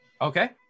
Okay